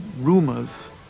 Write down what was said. rumors